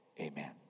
Amen